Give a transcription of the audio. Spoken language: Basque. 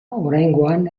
oraingoan